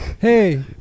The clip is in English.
Hey